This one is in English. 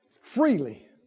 freely